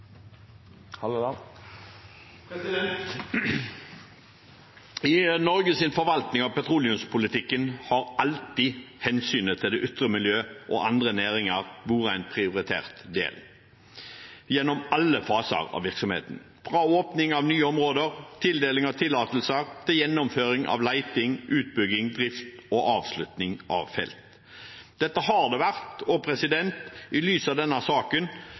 forvaltning av petroleumspolitikken har alltid hensynet til det ytre miljø og andre næringer vært en prioritert del gjennom alle faser av virksomheten, fra åpning av nye områder og tildeling av tillatelser til gjennomføring av leting, utbygging, drift og avslutning av felt. Slik har det vært, og i lys av denne saken